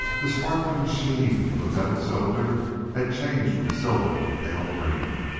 the sparkling sheen of the metal cylinder had changed from silver to pale green.